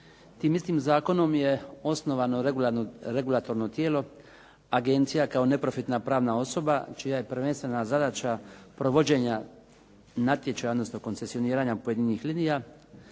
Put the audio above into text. Tim istim zakonom je osnovano regulatorno tijelo, agencija kao neprofitna pravna osoba čija je prvenstvena zadaća provođenja natječaja, odnosno koncesioniranja pojedinih linija,